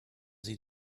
sie